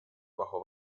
bajo